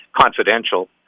confidential